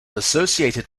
associated